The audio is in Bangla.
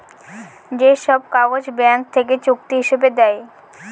যে সব কাগজ ব্যাঙ্ক থেকে চুক্তি হিসাবে দেয়